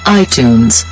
iTunes